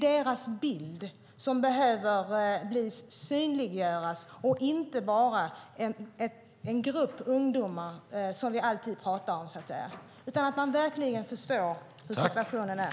Deras bild behöver synliggöras, så att de inte bara är en grupp ungdomar som vi alltid talar om. Man måste verkligen förstå hur situationen är.